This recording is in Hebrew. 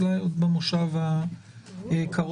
אולי עוד במושב הקרוב.